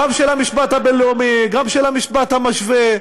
גם של המשפט הבין-לאומי, גם של המשפט המשווה,